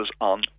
on